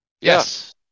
Yes